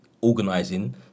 organizing